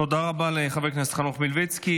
תודה רבה לחבר הכנסת חנוך מלביצקי.